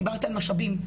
דיברתי על משאבים,